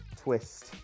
twist